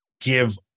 give